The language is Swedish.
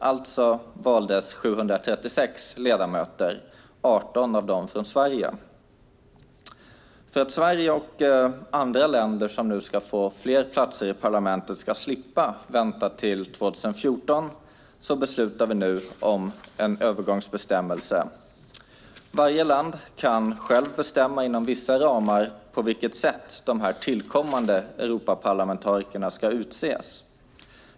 Alltså valdes 736 ledamöter - 18 av dem från Sverige. För att Sverige och andra länder som nu ska få fler platser i parlamentet ska slippa vänta till 2014 beslutar vi nu om en övergångsbestämmelse. Varje land kan själv inom vissa ramar bestämma på vilket sätt de här tillkommande Europaparlamentarikerna ska utses.